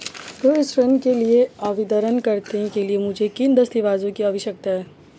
गृह ऋण के लिए आवेदन करने के लिए मुझे किन दस्तावेज़ों की आवश्यकता है?